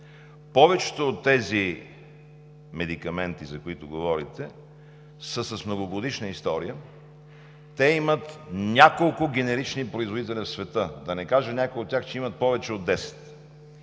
Повечето от тези медикаменти, за които говорите, са с многогодишна история. Те имат няколко генерични производители в света, да не кажа, че някои от тях имат повече от